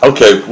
Okay